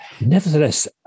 nevertheless